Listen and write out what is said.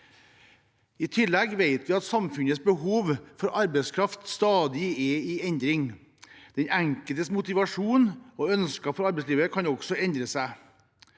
I tillegg vet vi at samfunnets behov for arbeidskraft stadig er i endring. Den enkeltes motivasjon og ønsker fra arbeidslivet kan også endre seg.